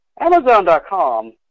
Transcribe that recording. Amazon.com